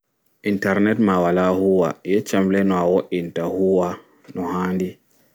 Interrnet ma wala huuwa yeccam le no a wo'inta huwa no haanɗi